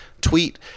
tweet